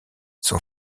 son